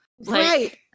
Right